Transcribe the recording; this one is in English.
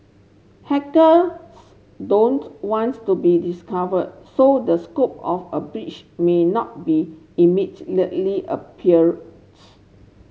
hackers don't wants to be discovered so the scope of a breach may not be immediately appeals